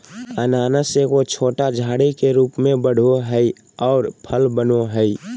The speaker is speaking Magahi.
अनानास एगो छोटा झाड़ी के रूप में बढ़ो हइ और फल बनो हइ